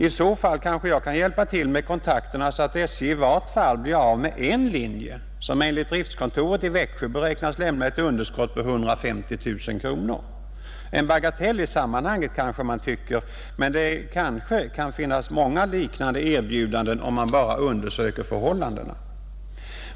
I så fall kanske jag kan hjälpa till med kontakterna så att SJ i vart fall blir av med en linje som enligt driftkontoret i Växjö beräknas lämna ett underskott på 150 000 kronor. En bagatell i sammanhanget kanske man tycker, men det kanske kan finnas många liknande erbjudanden om man bara undersöker förhållandena.